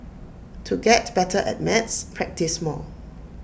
to get better at maths practise more